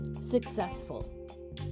successful